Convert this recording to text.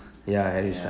ya